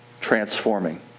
transforming